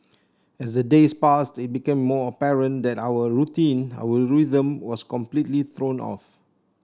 as the days passed it became more apparent that our routine our rhythm was completely thrown off